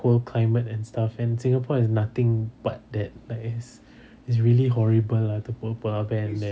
cold climate and stuff and singapore is nothing but that I guess it's really horrible lah to put polar bear in there